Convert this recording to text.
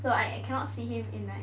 so I cannot see him in like